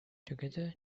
together